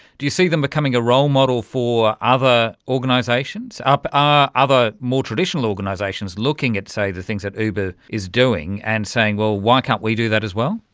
do you see them becoming a role model for other organisations? are other more traditional organisations looking at, say, the things that uber is doing and saying, well, why can't we do that as well?